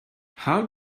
how